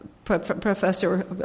Professor